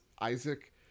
isaac